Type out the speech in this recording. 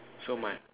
so my